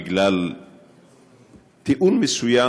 בגלל טיעון מסוים,